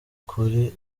ukuri